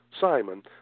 Simon